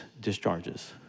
discharges